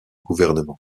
gouvernement